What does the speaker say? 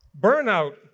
burnout